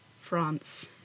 France